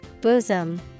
Bosom